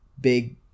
big